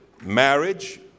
Marriage